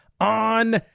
on